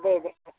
दे देंगे